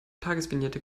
tagesvignette